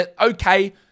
okay